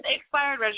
expired